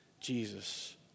Jesus